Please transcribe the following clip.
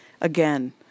Again